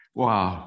wow